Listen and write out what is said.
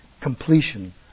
completion